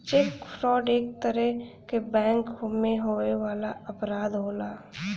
check fraud एक तरे क बैंक में होए वाला अपराध होला